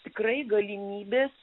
tikrai galimybės